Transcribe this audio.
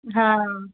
हा